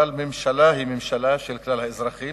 אבל ממשלה היא ממשלה של כלל האזרחים.